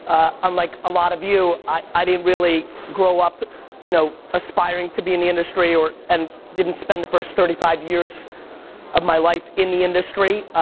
unlike a lot of you, i didn't really grow up you know aspiring to be in the industry, and didn't spend the first thirty five years of my life in the industry,